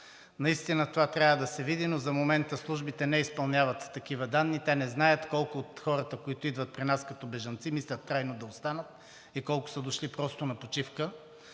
Наистина това трябва да се види, но за момента службите не изпълняват такива данни. Те не знаят колко от хората, които идват при нас като бежанци, мислят трайно да останат и колко са дошли просто на почивка.